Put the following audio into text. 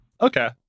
Okay